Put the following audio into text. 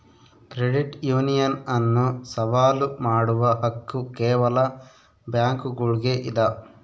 credit union ಅನ್ನು ಸವಾಲು ಮಾಡುವ ಹಕ್ಕು ಕೇವಲ ಬ್ಯಾಂಕುಗುಳ್ಗೆ ಇದ